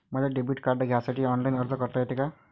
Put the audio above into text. मले debit card घ्यासाठी online अर्ज करता येते का?